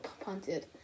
punted